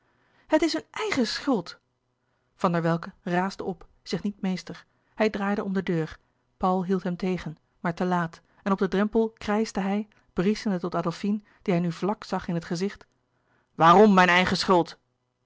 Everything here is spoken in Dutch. het is hun eigen schuld van der welcke raasde op zich niet meester hij draaide om de deur paul hield hem tegen maar te laat en op den drempel krijschte hij brieschende tot adolfine die hij nu vlak zag in het gezicht waarom mijn eigen schuld